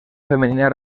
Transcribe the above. femenina